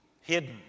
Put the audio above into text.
hidden